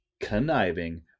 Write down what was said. conniving